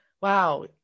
Wow